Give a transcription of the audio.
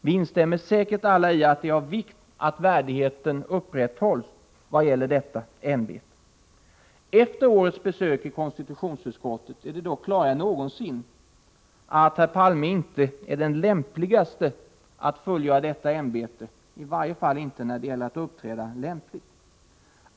Vi instämmer säkert alla i att det är av vikt att värdigheten upprätthålls i vad gäller detta ämbete. Efter årets besök i konstitutionsutskottet är det dock klarare än någonsin att herr Palme inte är den lämpligaste att fylla detta ämbete, och absolut inte när det gäller att uppträda lämpligt.